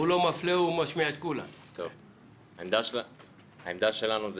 העמדה שלנו זה